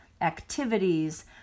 activities